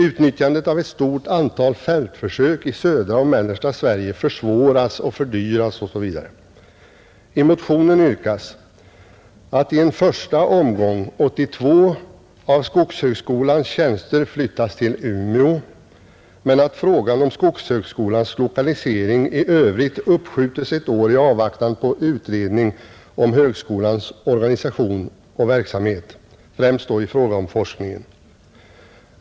Utnyttjandet av ett stort antal fältförsök i södra och mellersta Sverige försvåras och fördyras, osv. I motionen yrkas att i en första omgång 82 av skogshögskolans tjänster flyttas till Umeå men att frågan om skogshögskolans lokalisering i övrigt uppskjutes ett år i avvaktan på utredning om högskolans organisation och verksamhet — främst då i fråga om forskningen.